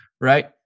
right